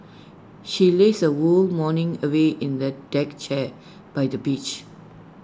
she lazed her whole morning away in the deck chair by the beach